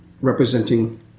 representing